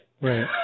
Right